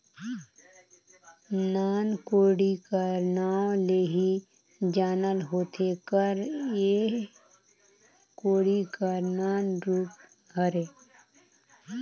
नान कोड़ी कर नाव ले ही जानल होथे कर एह कोड़ी कर नान रूप हरे